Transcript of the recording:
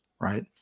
right